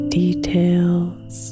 details